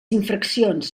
infraccions